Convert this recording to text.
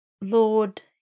Lord